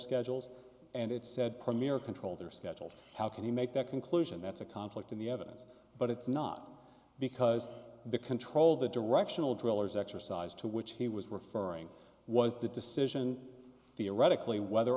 schedules and it said premier control their schedules how can you make that conclusion that's a conflict in the evidence but it's not because the control the directional drillers exercised to which he was referring was the decision theoretically whether